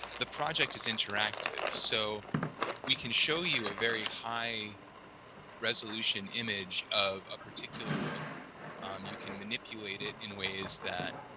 the project is interactive so we can show you a very high-resolution image of a particular book um you can manipulate it in ways that